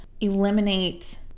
eliminate